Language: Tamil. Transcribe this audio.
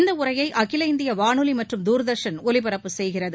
இந்த உரையை அகில இந்திய வானொலி மற்றும் தூர்தர்ஷன் ஒலிபரப்பு செய்கிறது